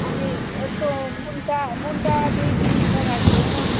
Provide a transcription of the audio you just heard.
अनि यस्तो मुन्टा मुन्टा दुई तिन मुठा राखिदिनुहोस्